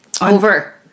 Over